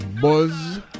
buzz